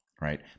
right